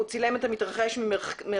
הוא צילם את המתרחש ממרחק,